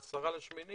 ה-10 באוגוסט,